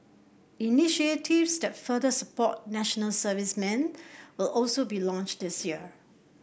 initiatives that further support National Servicemen will also be launched this year